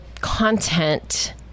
content